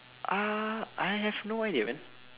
ah I have no idea man